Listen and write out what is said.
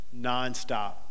nonstop